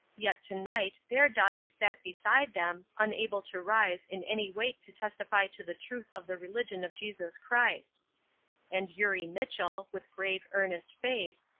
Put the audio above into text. yet, to-night their daughters sat beside them, unable to rise, in any way to testify to the truth of the religion of jesus christ and eurie mitchell, with grave, earnest face,